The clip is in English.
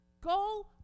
Go